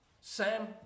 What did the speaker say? sam